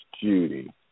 Judy